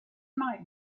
might